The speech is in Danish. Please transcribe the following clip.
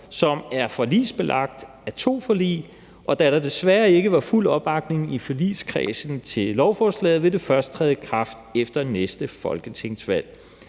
som er forligsbelagt af to forlig, og da der desværre ikke var fuld opbakning i forligskredsen til lovforslaget, vil det først træde i kraft efter næste folketingsvalg.